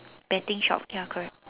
betting shop ya correct